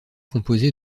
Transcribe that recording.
composée